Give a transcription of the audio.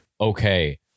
okay